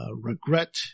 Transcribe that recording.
regret